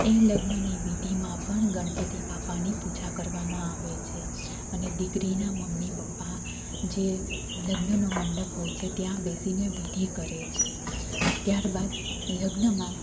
એ લગ્નની વિધિમાં પણ ગણપતિ બાપાની પૂજા કરવામાં આવે છે અને દીકરીના મમ્મી પપ્પા જે લગ્નનો મંડપ હોય છે ત્યાં બેસીને વિધિ કરે છે ત્યાર બાદ લગ્નમાં